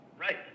Right